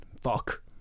Fuck